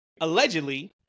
Allegedly